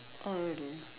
oh really